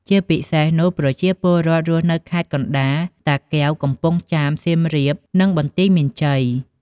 ជាពិសេសនោះប្រជាពលរដ្ឋរស់នៅខេត្តកណ្តាល តាកែវ កំពង់ចាម សៀមរាប និងបន្ទាយមានជ័យ។